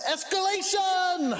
Escalation